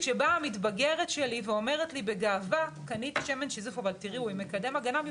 כשבאה המתבגרת שלי ואומרת לי בגאווה קניתי שמן שיזוף עם מקדם הגנה אבל